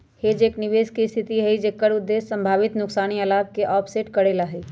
hedge एक निवेश के स्थिति हई जेकर उद्देश्य संभावित नुकसान या लाभ के ऑफसेट करे ला हई